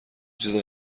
چیز